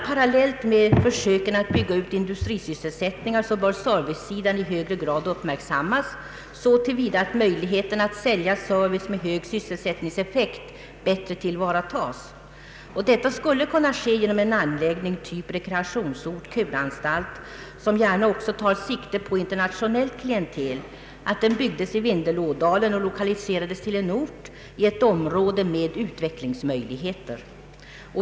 Parallellt med försöken att bygga ut industrisysselsättningar anser vi att servicesidan i högre grad bör uppmärksammas, så att möjligheten att sälja service med hög sysselsättningseffekt bättre tillvaratas. Detta skulle kunna ske genom att en anläggning — typ rekreationsort-kuranstalt — som gärna också tar sikte på internationellt klientel byggdes i Vindelådalen och lokaliserades till en ort i ett område med utvecklingsmöjligheter.